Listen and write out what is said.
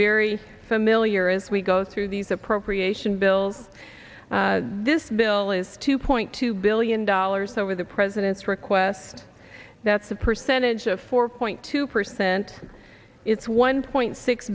very familiar as we go through these appropriation bills this bill is two point two billion dollars over the president's request that's a percentage of four point two percent it's one point six